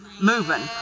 moving